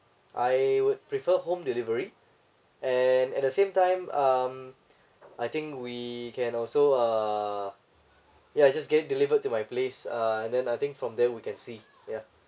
I would prefer home delivery and at the same time um I think we can also uh ya just get it delivered to my place uh and then I think from there we can see ya